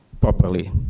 properly